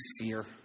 fear